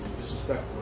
Disrespectful